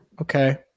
okay